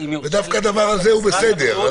ודווקא הדבר הזה הוא בסדר.